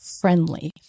friendly